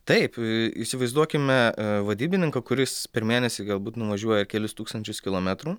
taip įsivaizduokime vadybininką kuris per mėnesį galbūt nuvažiuoja kelis tūkstančius kilometrų